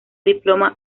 diploma